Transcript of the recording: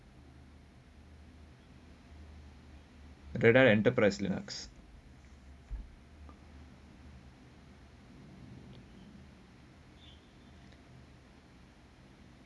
brother enterprise Linux